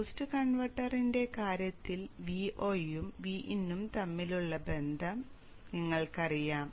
boost കൺവെർട്ടറിന്റെ കാര്യത്തിൽ Vo യും Vin ഉം തമ്മിലുള്ള ബന്ധം ഇപ്പോൾ നിങ്ങൾക്കറിയാം